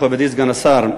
מכובדי סגן השר,